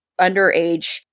underage